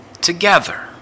together